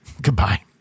Goodbye